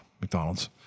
McDonald's